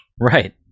Right